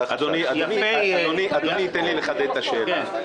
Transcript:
אדוני, תן לחדד את השאלה.